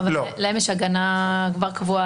אבל להם יש הגנה קבועה.